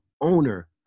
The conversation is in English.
owner